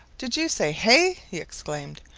did you say hay? he exclaimed.